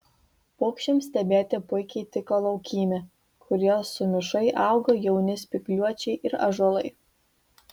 paukščiams stebėti puikiai tiko laukymė kurioje sumišai augo jauni spygliuočiai ir ąžuolai